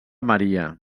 maria